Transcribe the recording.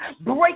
break